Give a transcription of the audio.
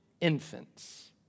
infants